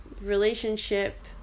relationship